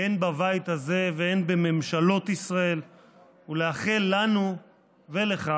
הן בבית הזה והן בממשלות ישראל ולאחל לנו ולך